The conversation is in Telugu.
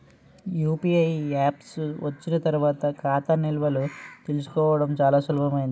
యూపీఐ యాప్స్ వచ్చిన తర్వాత ఖాతా నిల్వలు తెలుసుకోవడం చాలా సులభమైంది